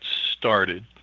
started